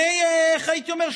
איך הייתי אומר,